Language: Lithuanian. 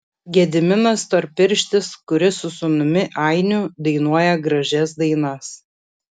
gediminas storpirštis kuris su sūnumi ainiu dainuoja gražias dainas